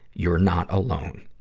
you're not alone.